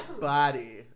body